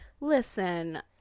Listen